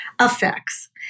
effects